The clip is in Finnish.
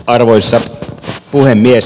arvoisa puhemies